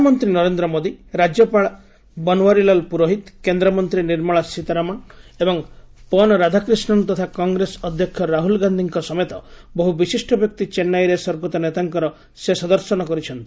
ପ୍ରଧାନମନ୍ତ୍ରୀ ନରେନ୍ଦ୍ର ମୋଦି ରାଜ୍ୟପାଳ ବନ୍ୱାରିଲାଲ ପୁରୋହିତ କେନ୍ଦ୍ରମନ୍ତ୍ରୀ ନିର୍ମଳା ସୀତାରମଣ୍ ଏବଂ ପନ ରାଧାକ୍ରିଷନ୍ ତଥା କଂଗ୍ରେସ ଅଧ୍ୟକ୍ଷ ରାହୁଲ ଗାନ୍ଧିଙ୍କ ସମେତ ବହୁ ବିଶିଷ୍ଟ ବ୍ୟକ୍ତି ଚେନ୍ନାଇରେ ସ୍ୱର୍ଗତ ନେତାଙ୍କର ଶେଷ ଦର୍ଶନ କରିଛନ୍ତି